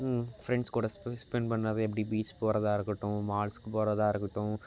friends கூட போய் spend பண்ணவே எப்படி பீச் போகிறதா இருக்கட்டும் மால்ஸுக்கு போகிறதா இருக்கட்டும்